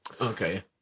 Okay